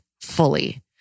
fully